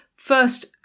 First